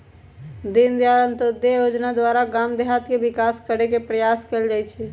दीनदयाल अंत्योदय जोजना द्वारा गाम देहात के विकास करे के प्रयास कएल जाइ छइ